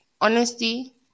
honesty